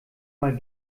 mal